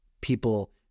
people